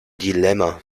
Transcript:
dilemma